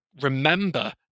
remember